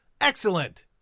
Excellent